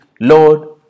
Lord